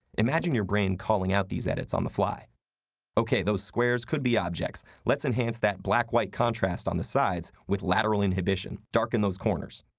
imagine your brain calling out these edits on the fly okay, those squares could be objects. let's enhance that black-white contrast on the sides with lateral inhibition. darken those corners!